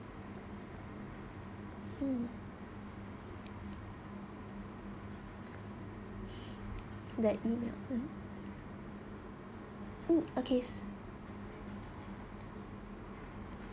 mm that email mm mm okay